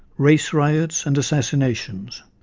race riots and assassinations.